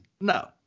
No